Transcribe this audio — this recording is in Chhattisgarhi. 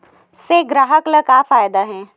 से ग्राहक ला का फ़ायदा हे?